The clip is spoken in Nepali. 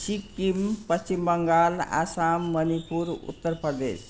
सिक्किम पश्चिम बङ्गाल आसाम मणिपुर उत्तर प्रदेश